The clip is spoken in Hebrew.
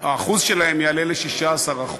האחוז שלהם יעלה ל-16%;